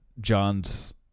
John's